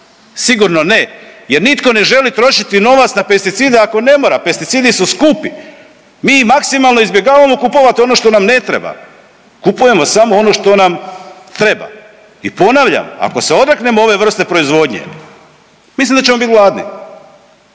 sigurno ne jer nitko ne želi trošiti novac na pesticide ako ne mora, pesticidi su skupi, mi i maksimalno izbjegavamo kupovat ono što nam ne treba, kupujemo samo ono što nam treba. I ponavljam, ako se odreknemo ove vrste proizvodnje mislim da ćemo bit gladni,